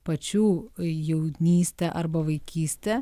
pačių jaunyste arba vaikyste